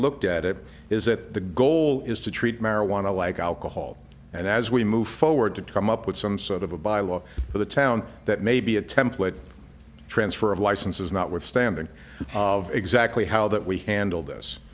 looked at it is that the goal is to treat marijuana like alcohol and as we move forward to come up with some sort of a by law for the town that may be a template transfer of licenses not withstanding exactly how that we handle this